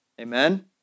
Amen